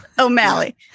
O'Malley